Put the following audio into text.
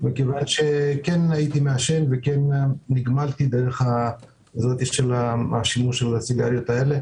מכיוון שנגמלתי דרך השימוש בסיגריות האלו.